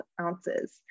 ounces